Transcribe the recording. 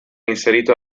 inserito